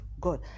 God